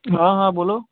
हाँ हाँ बोलो